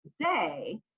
today